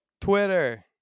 twitter